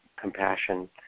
compassion